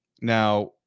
Now